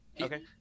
Okay